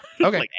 Okay